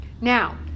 Now